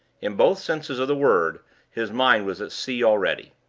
in both senses of the word his mind was at sea already.